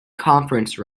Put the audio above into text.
conference